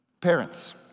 parents